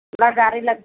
लऽ गाड़ी लग